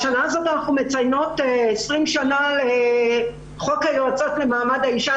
בשנה הזאת אנחנו מציינות 20 שנים לחוק היועצות למעמד האישה.